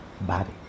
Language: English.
body